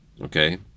okay